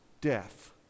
death